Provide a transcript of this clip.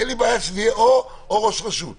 אין לי בעיה שזה יהיה "או ראש רשות".